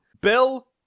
Bill